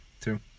Two